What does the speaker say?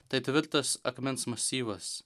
tai tvirtas akmens masyvas